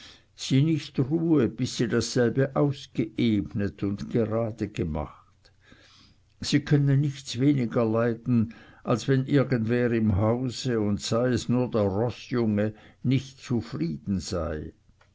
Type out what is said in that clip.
sie nicht ruhe bis sie dasselbe ausgeebnet und gerade gemacht sie könne nichts weniger leiden als wenn irgendwer im hause und sei es nur der roßjunge nicht zufrieden sei